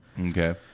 Okay